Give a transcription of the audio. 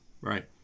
Right